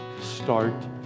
Start